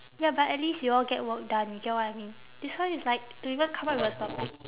ya but at least y'all get work done you get what I mean this one is like they haven't even come up with a topic